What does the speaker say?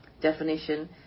definition